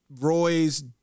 Roy's